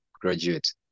graduate